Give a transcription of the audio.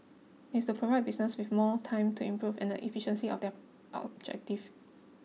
is to provide business with more time to improve and efficiency of their objective